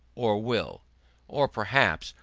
or will or perhaps,